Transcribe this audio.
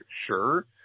Sure